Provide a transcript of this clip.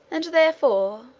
and therefore,